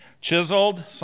Chiseled